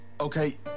Okay